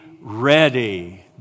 ready